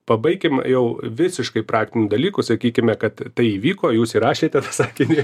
pabaikim jau visiškai praktiniu dalyku sakykime kad tai įvyko jūs įrašėte sakinį